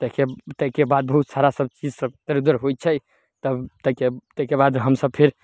ताहिके ताहिके बाद बहुत छौड़ा सब चीज सब इधर उधर होइ छै तब तऽ ताहिके बाद हमसब फेर